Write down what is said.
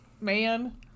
man